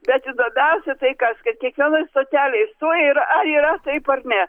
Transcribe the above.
bet įdomiausia tai kas kad kiekvienoj stotelėj stoja ir ar yra taip ar ne